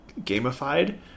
gamified